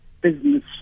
Business